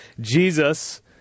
Jesus